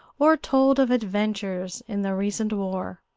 or told of adventures in the recent war.